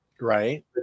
right